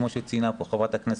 כמו שציינה כאן חברת הכנסת,